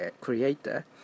creator